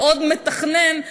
ועוד מתכנן,